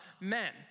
men